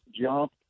jump